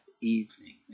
evening